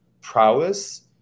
prowess